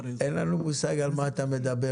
אין לנו מושג על מה אתה מדבר.